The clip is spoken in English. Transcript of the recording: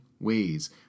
ways